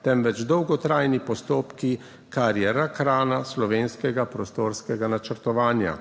temveč dolgotrajni postopki, kar je rak rana slovenskega prostorskega načrtovanja.